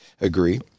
agree